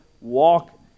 walk